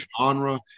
genre